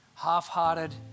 half-hearted